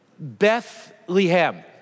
Bethlehem